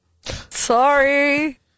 sorry